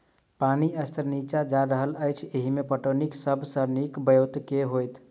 पानि स्तर नीचा जा रहल अछि, एहिमे पटौनीक सब सऽ नीक ब्योंत केँ होइत?